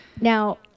Now